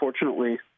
unfortunately